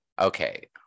Okay